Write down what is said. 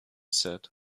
said